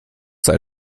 sei